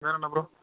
வேறு என்ன ப்ரோ